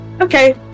Okay